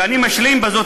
ואני משלים בזאת,